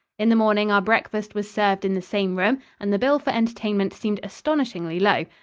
in the morning, our breakfast was served in the same room, and the bill for entertainment seemed astonishingly low.